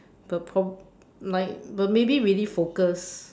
the prob like but maybe really focus